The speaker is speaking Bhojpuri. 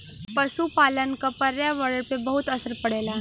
पसुपालन क पर्यावरण पे बहुत असर पड़ेला